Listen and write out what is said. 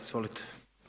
Izvolite.